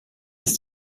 ist